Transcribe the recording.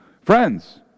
Friends